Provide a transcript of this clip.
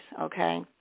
okay